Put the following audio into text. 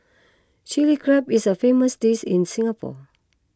Chilli Crab is a famous dish in Singapore